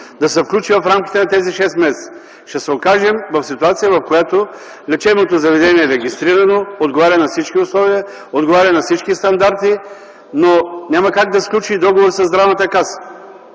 да се включи в рамките на тези шест месеца. Ще се окажем в ситуация, в която лечебното заведение регистрирано, отговаря на всички условия, отговаря на всички стандарти, но няма как сключи договор със Здравната каса.